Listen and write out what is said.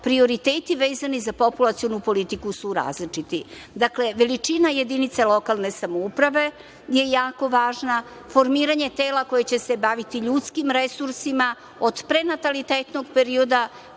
prioriteti vezani za populacionu politiku su različiti. Dakle, veličina jedinice lokalne samouprave je jako važna. Formiranje tela koje će se baviti ljudskim resursima od prenatalitetnog perioda,